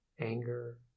anger